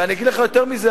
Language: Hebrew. ואני אגיד לך יותר מזה,